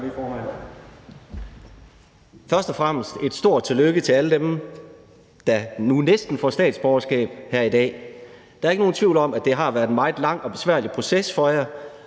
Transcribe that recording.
Først og fremmest et stort tillykke til alle dem, der nu næsten får statsborgerskab her i dag. Der er ikke nogen tvivl om, at det har været en meget lang og besværlig proces for jer,